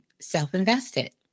Self-Invested